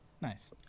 Nice